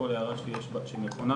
לכל הערה שהיא נכונה,